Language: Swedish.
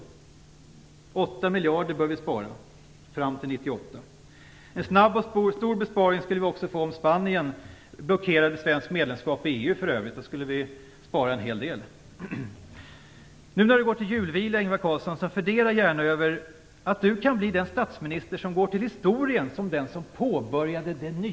Vi bör spara 8 miljarder fram till år 1998.Vi skulle också få en snabb och stor besparing om Spanien blockerade ett svenskt medlemskap i EU. Då skulle vi spara en hel del. Nu när Ingvar Carlsson går till julvila tycker jag att han skall fundera över att han kan bli den statsminister som går till historien som den som påbörjade det nya.